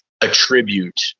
attribute